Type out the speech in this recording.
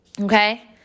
Okay